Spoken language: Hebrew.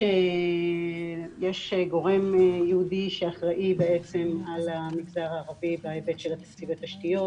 יש גורם יהודי שאחראי על המגזר הערבי בהיבט של תקציב התשתיות,